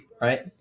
right